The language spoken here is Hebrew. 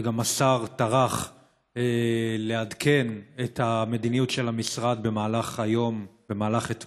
וגם השר טרח לעדכן את המדיניות של המשרד במהלך אתמול.